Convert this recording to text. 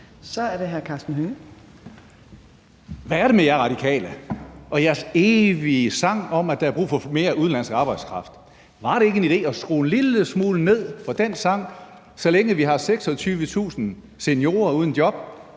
Hønge. Kl. 14:04 Karsten Hønge (SF): Hvad er det med jer Radikale og jeres evige sang om, at der er brug for mere udenlandsk arbejdskraft? Var det ikke en idé at skrue en lille smule ned for den sang, så længe vi har 26.000 seniorer uden job,